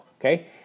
okay